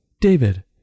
David